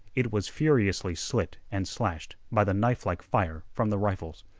it was furiously slit and slashed by the knifelike fire from the rifles.